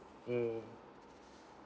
mm